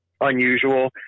unusual